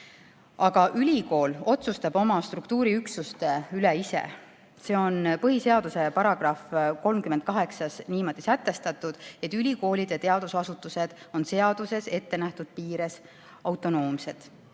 Aga ülikool otsustab oma struktuuriüksuste üle ise. Põhiseaduse §-s 38 on sätestatud, et ülikoolid ja teadusasutused on seaduses ette nähtud piires autonoomsed.